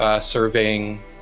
surveying